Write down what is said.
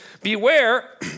beware